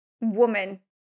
woman